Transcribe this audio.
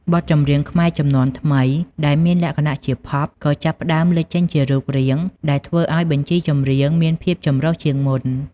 បទចម្រៀងខ្មែរជំនាន់ថ្មីដែលមានលក្ខណៈជា ផប់ ក៏ចាប់ផ្តើមលេចចេញជារូបរាង ដែលធ្វើឱ្យបញ្ជីចម្រៀងមានភាពចម្រុះជាងមុន។